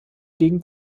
gegen